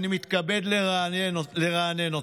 אני מתכבד לרענן אותו.